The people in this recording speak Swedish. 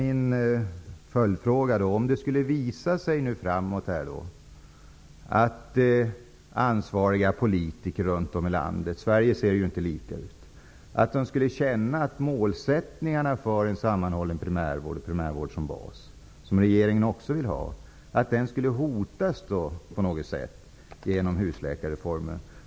Min följdfråga är därför: Borde man inte kunna ge möjlighet till dispens om det framöver skulle visa sig att ansvariga politiker runt om i landet känner att målsättningarna för att ha en sammanhållen primärvård som bas, som regeringen också vill ha, på något sätt hotas genom husläkarreformen?